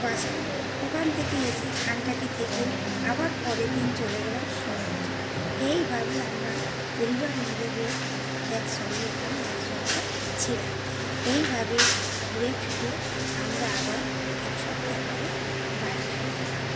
বাসায় ওখান থেকে এসে খানটাকি থেকে আবার পরের দিন চলে গেলাম সমুদ্রে এইভাবে আমরা পরিবার মিলে বেশ একসঙ্গে ওখানে এক সপ্তাহ ছিলাম এইভাবে ঘুরেফিরে আমরা আবার এক সপ্তাহ পরে বাড়ি ফিরে এলাম